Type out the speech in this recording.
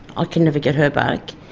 i can never get her back.